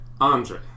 Andre